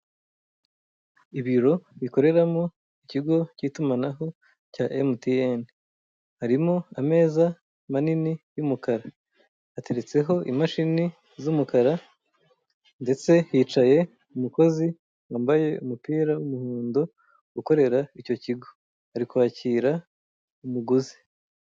Ibiro bikoreramo ikigo cy'itumanaho cya mtn harimo ameza manini y'umukara, hateretseho imashini z'umukara ndetse yicaye imukozi wambaye umupira mu nyundo ukorera icyo kigo arikwakira umuguzi.